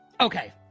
Okay